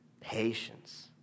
patience